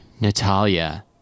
Natalia